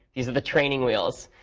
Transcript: these are the training wheels.